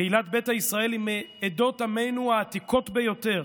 קהילת ביתא ישראל היא מעדות עמנו העתיקות ביותר,